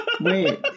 Wait